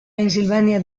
pennsylvania